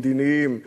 המדיניים,